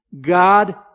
God